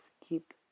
keep